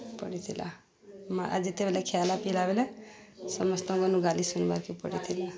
ପଡ଼ିଥିଲା ଆ ଯେତେବେଲେ ଖିଏଲା ପିଇଲା ବେଲେ ସମସ୍ତଙ୍କର୍ନୁ ଗାଲି ଶୁନ୍ବାର୍କେ ପଡ଼ିଥିଲା